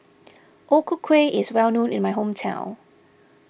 O Ku Kueh is well known in my hometown